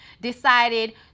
decided